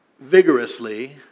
vigorously